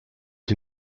ihr